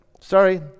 Sorry